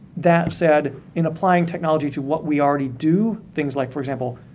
that said in applying technology to what we already do, things like, for example,